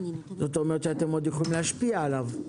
זאת אומרת שאתם עוד יכולים להשפיע עליו.